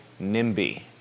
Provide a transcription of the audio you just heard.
NIMBY